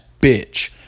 bitch